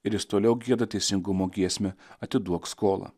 ir jis toliau gieda teisingumo giesmę atiduok skolą